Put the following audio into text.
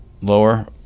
lower